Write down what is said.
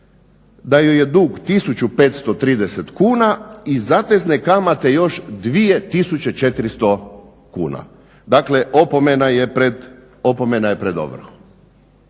da joj je dug 1.530 kuna i zatezne kamate još 2.400 kuna. Dakle opomena je pred ovrhom.